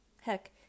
Heck